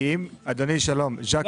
כי אם, אדוני, שלום, ג'ק בלנגה.